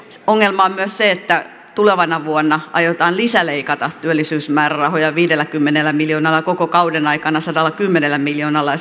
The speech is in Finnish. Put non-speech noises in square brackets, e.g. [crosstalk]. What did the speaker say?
ongelma on myös se että tulevana vuonna aiotaan lisäleikata työllisyysmäärärahoja viidelläkymmenellä miljoonalla koko kauden aikana sadallakymmenellä miljoonalla [unintelligible]